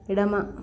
ఎడమ